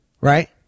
Right